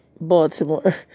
Baltimore